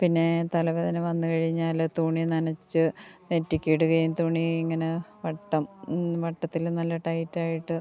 പിന്നേ തലവേദന വന്നു കഴിഞ്ഞാൽ തുണി നനച്ച് നെറ്റിക്കിടുകയും തുണി ഇങ്ങനെ വട്ടം വട്ടത്തിൽ നല്ല ടൈറ്റായിട്ട്